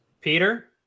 Peter